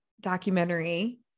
documentary